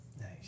Nice